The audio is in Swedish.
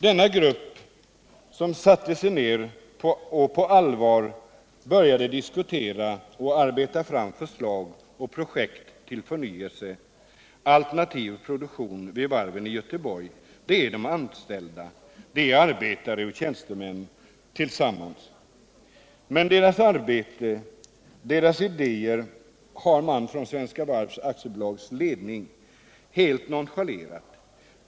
Den grupp som satt sig ner och på allvar diskuterat och arbetat fram förslag och projekt till förnyelse och alternativ produktion vid varven i Göteborg är de anställda — arbetare och tjänstemän tillsammans. Men deras arbete och idéer har man från Svenska Varv AB:s ledning helt nonchalerat.